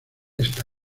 está